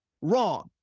wrong